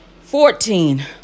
Fourteen